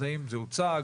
אז האם זה הוצג?